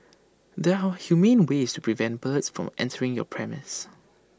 there are humane ways to prevent birds from entering your premises